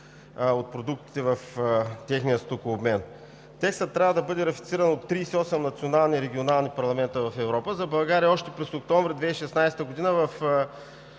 от продуктите в техния стокообмен. СЕТА трябва да бъде ратифициран от 38 национални регионални парламента в Европа. За България още през октомври 2016 г.